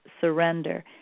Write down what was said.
surrender